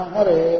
Hare